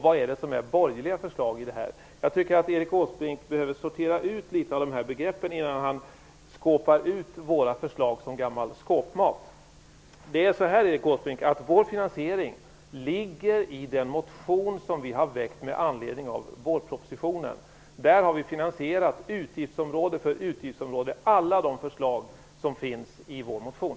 Vad är det som är borgerliga förslag? Jag tycker att Erik Åsbrink borde sortera ut litet av dessa begrepp innan han "skåpar" ut våra förslag som gammal skåpmat. Vår finansiering anges i den motion som vi har väckt i anledning av vårpropositionen. Där har vi utgiftsområde för utgiftsområde finansierat alla de förslag som finns i vår motion.